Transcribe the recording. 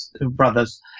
Brothers